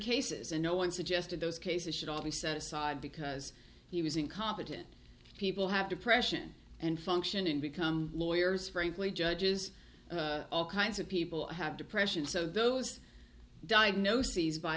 cases and no one suggested those cases should all be set aside because he was incompetent people have depression and function and become lawyers frankly judges all kinds of people have depression so those diagnoses by